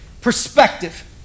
Perspective